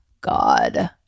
God